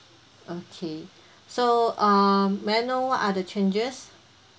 okay so uh may I know what are the changes